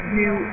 new